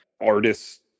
artists